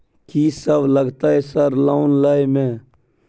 कि सब लगतै सर लोन लय में?